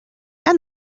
and